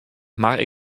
mar